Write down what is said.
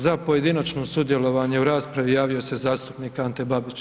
Za pojedinačno sudjelovanje u raspravi javio se zastupnik Ante Babić.